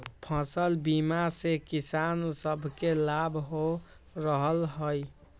फसल बीमा से किसान सभके लाभ हो रहल हइ